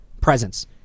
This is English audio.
presence